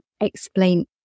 explain